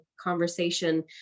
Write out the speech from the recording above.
conversation